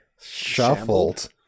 shuffled